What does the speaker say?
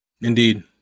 Indeed